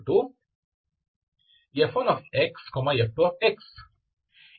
ಇದು ಈ ಹಿಂದಿನ ಕಾರ್ಯದಂತೆ ಇದೆ